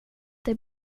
det